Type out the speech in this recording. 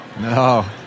No